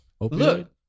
look